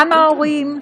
גם ההורים,